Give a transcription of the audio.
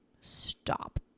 Stop